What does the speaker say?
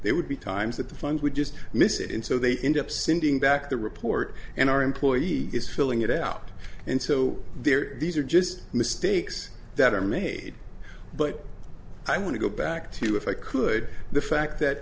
they would be times that the fund would just miss it and so they end up sending back the report and our employee is filling it out and so there these are just mistakes that are made but i want to go back to you if i could the fact that